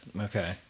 Okay